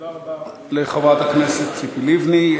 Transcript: תודה רבה לחברת הכנסת ציפי לבני.